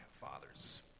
fathers